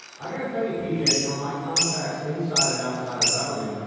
i've got to tell you, p j, from my contacts inside and outside of government,